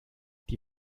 die